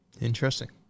Interesting